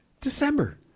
December